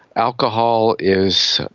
alcohol is,